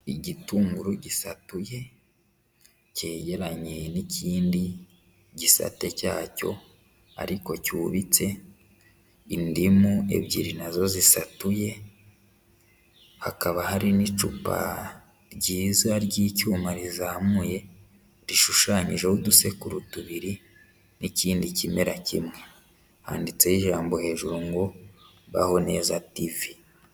Igitunguru gisatuye cyegeranye n'ikindi gisate cyacyo ariko cyubitse, indimu ebyiri na zo zishatuye, hakaba hari n'icupa ryiza ry'icyuma rizamuye, rishushanyijeho udusekuru tubiri n'ikindi kimera kimwe, handitseho ijambo hejuru ngo "Baho neza TV".